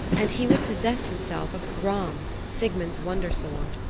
and he would possess himself of gram, sigmund's wonder-sword.